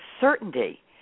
certainty